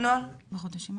הנוהל הזה?